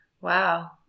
Wow